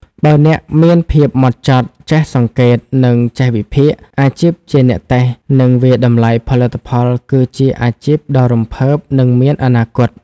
បើអ្នកមានភាពហ្មត់ចត់ ចេះសង្កេត និងចេះវិភាគ អាជីពជាអ្នកតេស្ត និងវាយតម្លៃផលិតផលគឺជាអាជីពដ៏រំភើប និងមានអនាគត។